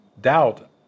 doubt